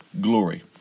glory